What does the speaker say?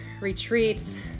retreats